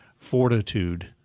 fortitude